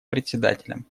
председателем